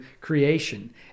creation